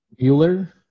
Bueller